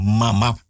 mama